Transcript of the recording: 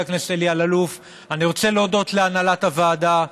אני רוצה להודות להנהלת הוועדה,